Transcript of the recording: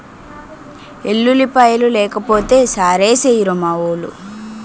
ఎల్లుల్లిపాయలు లేకపోతే సారేసెయ్యిరు మావోలు